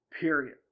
period